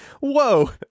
whoa